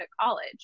college